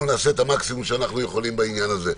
נעשה את המקסימום שאנחנו יכולים בעניין הזה.